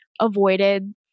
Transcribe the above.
avoided